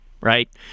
right